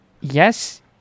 Yes